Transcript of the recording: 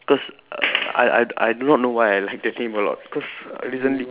cause I I I do not know why I like that name a lot cause recently